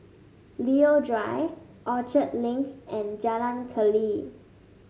Leo Drive Orchard Link and Jalan Keli